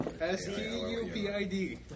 S-T-U-P-I-D